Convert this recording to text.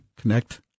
connect